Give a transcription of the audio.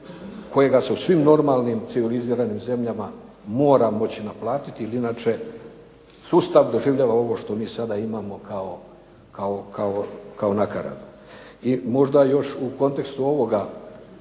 kojega se u svim normalnim civiliziranim zemljama mora moći naplatiti jer inače sustav doživljava ovo što mi sada imamo kao nakaradu. I možda još u kontekstu ovoga,